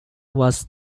was